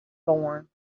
born